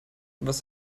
was